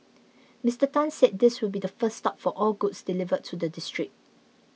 Mister Tan said this will be the first stop for all goods delivered to the district